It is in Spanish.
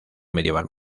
medieval